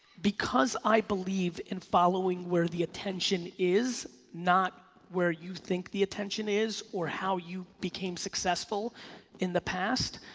because i believe in following where the attention is, not where you think the attention is or how you became successful in the past,